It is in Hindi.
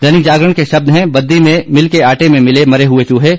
दैनिक जागरण के शब्द हैं बद्दी में मिल के आटे में मिले मरे हुए चूहे